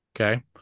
Okay